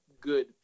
good